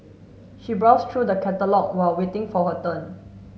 she browsed through the catalogue while waiting for her turn